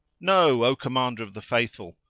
know, o commander of the faithful,